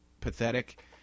pathetic